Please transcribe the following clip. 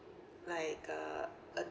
like a a